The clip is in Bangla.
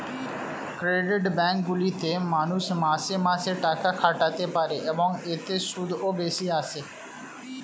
ক্রেডিট ব্যাঙ্ক গুলিতে মানুষ মাসে মাসে টাকা খাটাতে পারে, এবং এতে সুদও বেশি আসে